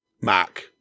Mac